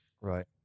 right